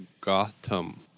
Gotham